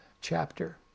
chapter